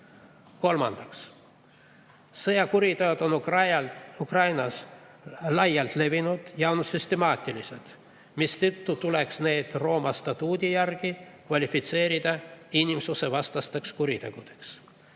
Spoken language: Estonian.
Kolmandaks, sõjakuriteod on Ukrainas laialt levinud ja süstemaatilised, mistõttu tuleks need Rooma statuudi järgi kvalifitseerida inimsusevastasteks kuritegudeks.